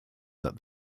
that